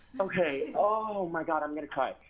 okay. oh my god, i'm gonna cry.